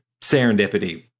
serendipity